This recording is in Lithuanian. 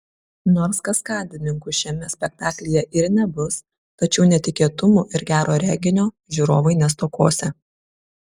nors kaskadininkų šiame spektaklyje ir nebus tačiau netikėtumų ir gero reginio žiūrovai nestokosią